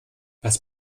was